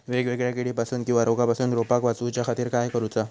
वेगवेगल्या किडीपासून किवा रोगापासून रोपाक वाचउच्या खातीर काय करूचा?